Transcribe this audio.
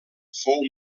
fou